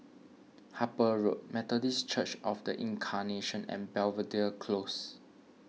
Harper Road Methodist Church of the Incarnation and Belvedere Close